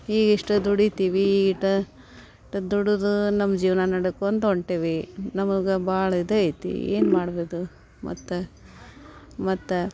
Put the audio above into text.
ಈಗ ಇಷ್ಟೇ ದುಡಿತೀವಿ ಈಗ ಇಷ್ಟ ದುಡಿದು ನಮ್ಮ ಜೀವನ ನೆಡ್ಕೊಂತ ಹೊರ್ಟೇವಿ ನಮಗೆ ಭಾಳ ಇದು ಐತಿ ಏನು ಮಾಡ್ಬೋದು ಮತ್ತೆ ಮತ್ತು